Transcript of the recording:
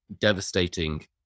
devastating